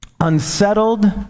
unsettled